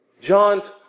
John's